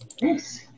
Yes